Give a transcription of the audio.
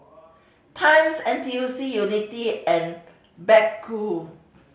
times N T U C Unity and Baggu